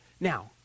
Now